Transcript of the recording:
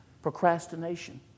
Procrastination